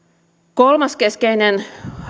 kolmas keskeinen